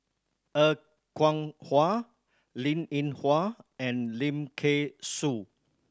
Er Kwong Wah Linn In Hua and Lim Kay Siu